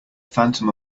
phantom